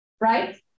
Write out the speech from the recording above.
right